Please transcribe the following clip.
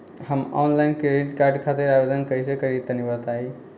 हम online credit card खातिर आवेदन कइसे करि तनि बताई?